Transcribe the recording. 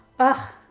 but